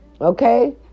Okay